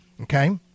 okay